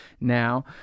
now